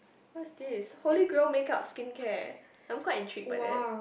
what is this holy glow makeup skincare I'm quite in cheap but that